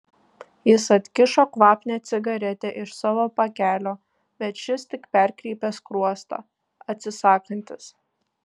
jis atkišo kvapnią cigaretę iš savo pakelio bet šis tik perkreipė skruostą atsisakantis